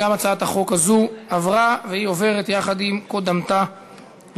ההצעה עברה לדיון ולהכנה בוועדת